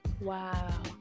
Wow